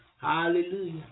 Hallelujah